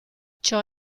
ciò